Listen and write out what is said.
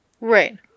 right